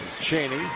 Cheney